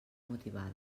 motivada